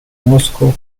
moscou